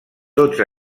tots